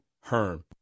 HERM